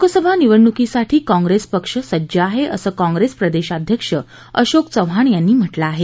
लोकसभा निवडणुकीसाठी काँग्रेस पक्ष सज्ज आहे असं काँग्रेस प्रदेशाध्यक्ष अशोक चव्हाण यांनी म्हटलं आहे